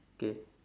okay